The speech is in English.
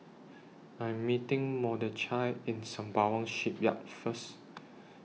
I Am meeting Mordechai At Sembawang Shipyard First